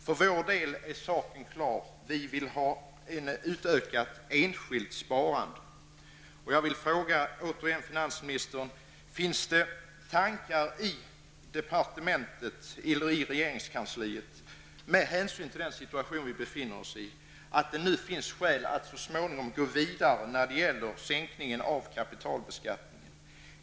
För vår del är saken klar. Vi vill ha ett utökat enskilt sparande. Jag vill återigen fråga statsrådet: Finns det i regeringskansliet, med hänsyn till den situtation vi befinner oss i, tankar på att det finns skäl att så småningom gå vidare när det gäller sänkningen av kapitalbeskattningen?